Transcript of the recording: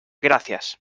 gracias